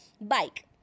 bike